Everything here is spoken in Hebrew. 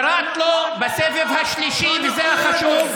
קראת בסבב השלישי, וזה החשוב.